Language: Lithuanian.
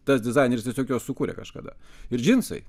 tas dizaineris tiesiog juos sukūrė kažkada ir džinsai